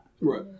Right